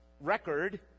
Record